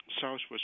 Southwest